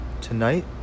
Tonight